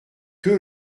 que